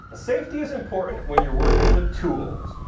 safety is important when you're working with tools.